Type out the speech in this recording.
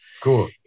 Cool